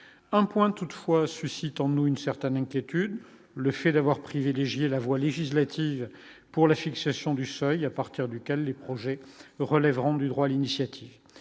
un point toutefois suscite en nous une certaine inquiétude, le fait d'avoir privilégié la voie législative pour la fixation du seuil à partir duquel les projets relèveront du droit à l'initiative,